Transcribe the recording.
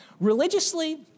Religiously